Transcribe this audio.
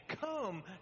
Come